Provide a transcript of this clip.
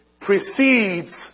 precedes